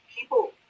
people